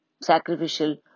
Sacrificial